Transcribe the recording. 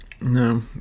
No